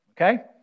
Okay